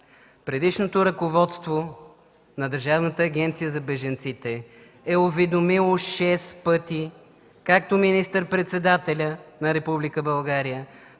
предишното ръководство на Държавната агенция за бежанците е уведомило шест пъти както министър-председателя на